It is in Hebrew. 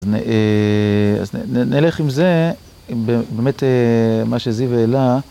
אז נלך עם זה, באמת מה שזיו העלה